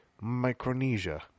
Micronesia